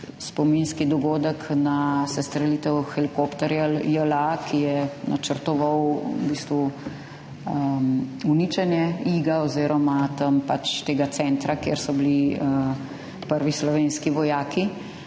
spominski dogodek na sestrelitev helikopterja JLA, ki je načrtoval v bistvu uničenje Iga oziroma tam centra, kjer so bili prvi slovenski vojaki,